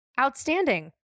outstanding